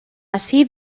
así